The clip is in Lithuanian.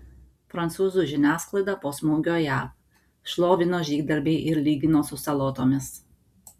prancūzų žiniasklaida po smūgio jav šlovino žygdarbį ir lygino su salotomis